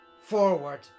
forward